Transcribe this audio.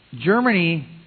Germany